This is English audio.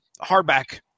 hardback